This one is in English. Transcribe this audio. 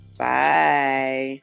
Bye